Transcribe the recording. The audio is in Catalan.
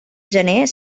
gener